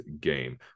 game